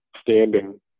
standing